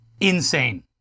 Insane